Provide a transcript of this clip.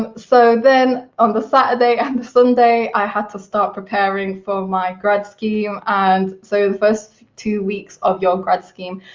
ah so then on the saturday and the sunday, i had to start preparing for my grad scheme, and so the first two weeks of your grad scheme,